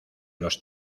los